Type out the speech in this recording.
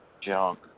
Junk